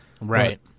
Right